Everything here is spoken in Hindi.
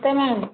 तओ मैम